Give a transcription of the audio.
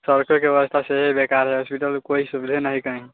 स्वास्थोके बेबस्था सेहो बेकार हइ हॉस्पिटलके कोइ सुविधे नहि हइ कहीँ